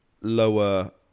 lower